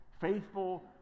faithful